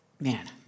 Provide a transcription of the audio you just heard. Man